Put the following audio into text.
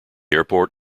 airport